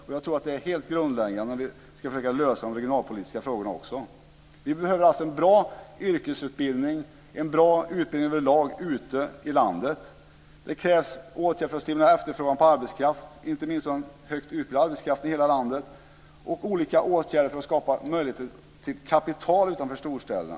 Och jag tror att det är helt grundläggande om vi ska försöka lösa de regionalpolitiska frågorna också. Vi behöver alltså en bra yrkesutbildning och en bra utbildning över lag ute i landet. Det krävs åtgärder för att stimulera efterfrågan på arbetskraft, inte minst högt utbildad arbetskraft i hela landet, och olika åtgärder för att skapa möjligheter till kapital utanför storstäderna.